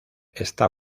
está